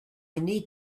need